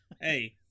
Hey